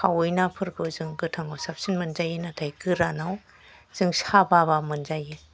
खावै नाफोरखौ जों गोथाङाव साबसिन नाथाय गोरानआव जों साबा बा मोनजायो